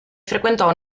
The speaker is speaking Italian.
frequentò